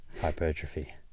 hypertrophy